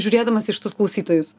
žiūrėdamas į šitus klausytojus